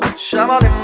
shut up.